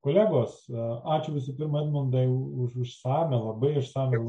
kolegos ačiū visų pirma edmundai už išsamią labiai išsamią